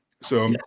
so-